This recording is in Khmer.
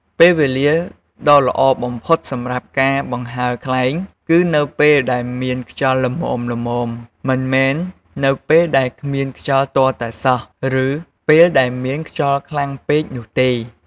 ពេលវេលាដ៏ល្អបំផុតសម្រាប់ការបង្ហើរខ្លែង គឺនៅពេលដែលមានខ្យល់ល្មមៗ មិនមែនជាពេលដែលគ្មានខ្យល់ទាល់តែសោះ ឬពេលដែលមានខ្យល់ខ្លាំងពេកនោះទេ។